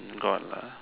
got lah